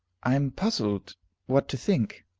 i am puzzled what to think.